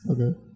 Okay